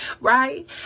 right